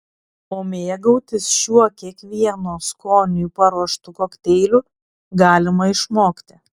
o mėgautis šiuo kiekvieno skoniui paruoštu kokteiliu galima išmokti